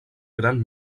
gran